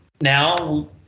now